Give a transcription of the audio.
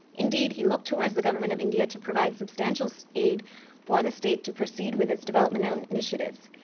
indeed he looked towards the government of india to provide substantial so aid for the state to proceed with its development and and initiatives.